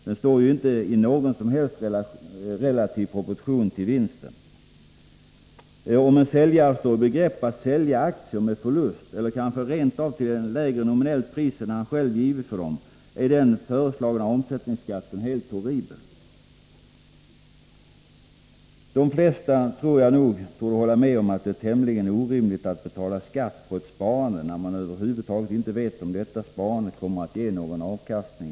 Den står ju inte i någon som helst relativ proportion till vinsten. Om en säljare står i begrepp att sälja aktier med förlust eller kanske rent av till ett lägre nominellt pris än han själv givit för dem, är den föreslagna omsättningsskatten rent horribel. Jag tror som sagt att de flesta håller med om att det är orimligt att betala skatt på ett sparande, när man inte vet om detta sparande över huvud taget kommer att ge någon avkastning.